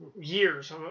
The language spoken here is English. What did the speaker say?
years